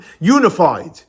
unified